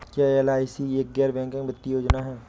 क्या एल.आई.सी एक गैर बैंकिंग वित्तीय योजना है?